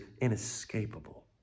inescapable